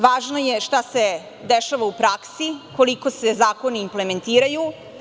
Važno je šta se dešava u praksi, koliko se zakoni implementiraju.